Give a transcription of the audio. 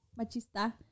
machista